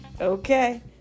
okay